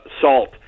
salt